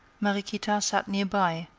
mariequita sat near by,